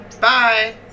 Bye